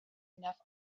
enough